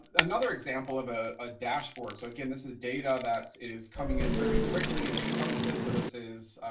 another example of a ah dashboard. so again, this is data that is coming in very quickly and as posted. so this is